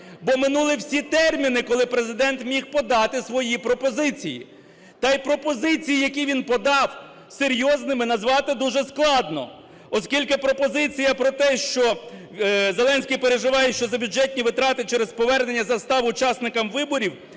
бо минули всі терміни, коли Президент міг подати свої пропозиції. Та й пропозиції, які він подав, серйозними назвати дуже складно, оскільки пропозиція про те, що Зеленський переживає, що за бюджетні витрати через повернення застав учасникам виборів,